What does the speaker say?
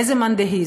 איזה מאן דהיא,